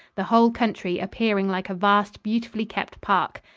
the whole country appearing like a vast beautifully kept park.